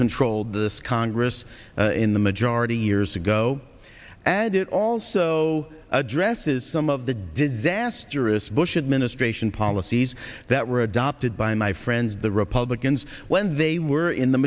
controlled this congress in the majority years ago and it also addresses some of the disaster isbel should ministration policies that were adopted by my friends the republicans when they were in the